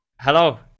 hello